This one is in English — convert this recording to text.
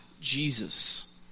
Jesus